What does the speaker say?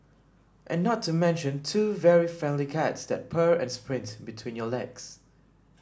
and not to mention two very friendly cats that purr and sprint between your legs